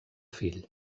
fill